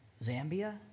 Zambia